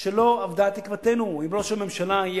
שלא אבדה תקוותנו: אם ראש הממשלה יהיה